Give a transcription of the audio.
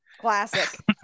Classic